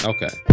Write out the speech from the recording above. Okay